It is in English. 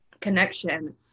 connection